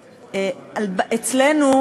שאצלנו,